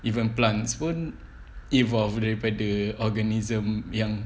even plants pun evolve daripada organism yang